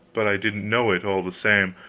but i didn't know it, all the same.